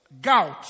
Gout